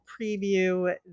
preview